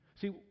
See